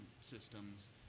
systems